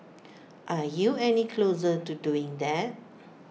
are you any closer to doing that